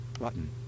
Button